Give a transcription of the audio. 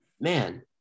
man